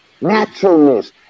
Naturalness